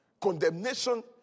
condemnation